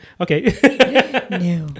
Okay